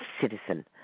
citizen